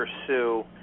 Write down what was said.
pursue